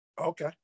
Okay